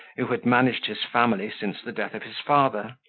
who had managed his family since the death of his father,